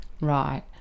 Right